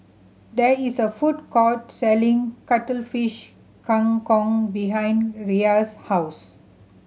there is a food court selling Cuttlefish Kang Kong behind Riya's house